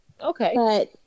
Okay